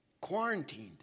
Quarantined